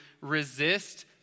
resist